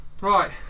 Right